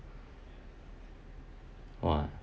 !wah!